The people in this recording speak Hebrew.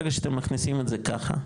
ברגע שאתם מכניסים את זה ככה,